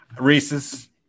reese's